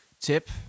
tip